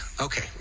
Okay